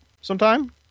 sometime